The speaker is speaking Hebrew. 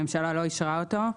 הממשלה לא אישרה אותה.